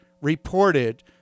reported